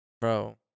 Bro